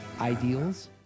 Ideals